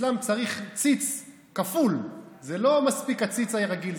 אצלכם צריך ציץ כפול, לא מספיק הציץ הרגיל.